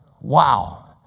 Wow